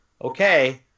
okay